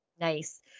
Nice